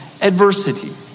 Adversity